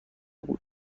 بود